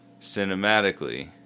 cinematically